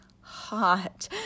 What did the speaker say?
hot